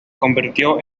convirtió